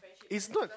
is not